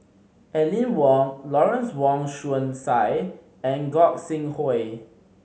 Aline Wong Lawrence Wong Shyun Tsai and Gog Sing Hooi